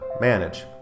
manage